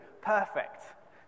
perfect